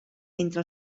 entre